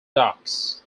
docks